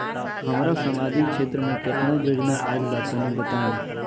हमरा समाजिक क्षेत्र में केतना योजना आइल बा तनि बताईं?